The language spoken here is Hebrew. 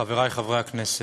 חברי חברי הכנסת,